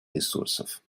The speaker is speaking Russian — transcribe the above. ресурсов